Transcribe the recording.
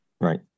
Right